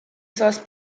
source